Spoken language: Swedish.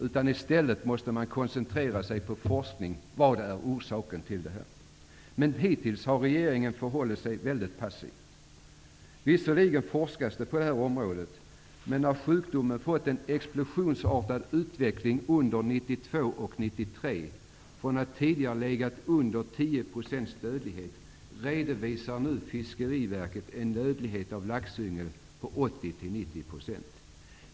I stället måste man koncentrera sig på forskning och fråga: Vad är orsaken till det här? Hittills har regeringen förhållit sig väldigt passiv. Visserligen forskas det på detta område. Men då sjukdomen fått en explosionsartad utveckling under 1992 och 1993 -- tidigare har den visat på mindre än 10 % dödlighet -- redovisar 90 %.